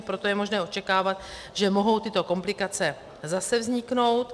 Proto je možné očekávat, že mohou tyto komplikace zase vzniknout.